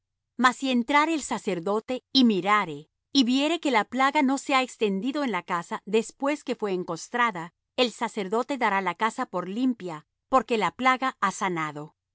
mas si entrare el sacerdote y mirare y viere que la plaga no se ha extendido en la casa después que fue encostrada el sacerdote dará la casa por limpia porque la plaga ha sanado